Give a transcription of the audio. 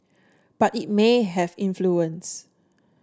but it may have influence